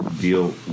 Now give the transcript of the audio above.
deal